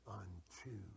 unto